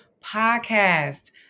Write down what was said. podcast